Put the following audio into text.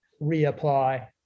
reapply